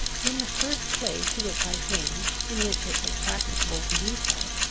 in the first place to which i came, in which it was practicable to do so,